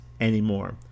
anymore